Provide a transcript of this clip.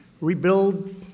Rebuild